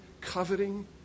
coveting